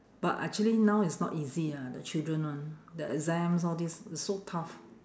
but actually now it's not easy ah the children one the exams all these it's so tough